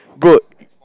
bro